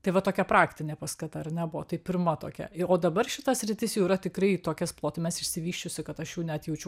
tai va tokia praktinė paskata ar ne buvo tai pirma tokia o dabar šita sritis jau yra tikrai į tokias plotmes išsivysčiusi kad aš jų net jaučiu